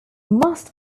must